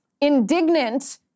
indignant